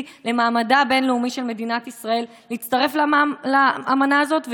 למעמדה הבין-לאומי של מדינת ישראל להצטרף לאמנה הזאת,